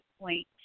point